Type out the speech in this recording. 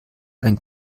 ein